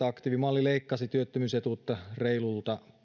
aktiivimalli leikkasi työttömyysetuutta reilulta